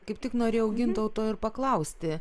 kaip tik norėjau gintauto ir paklausti